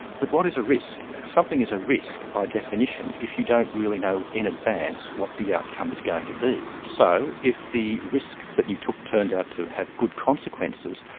but what is a risk? something is a risk by definition, if you don't really know in advance what the outcome is going to be. so if the risk that you took turned out to have good consequences,